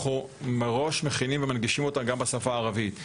אנחנו מראש מכינים ומנגישים אותה גם בשפה הערבית,